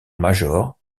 major